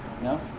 No